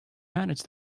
manage